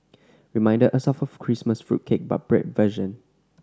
reminded us of a Christmas fruit cake but bread version